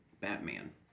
Batman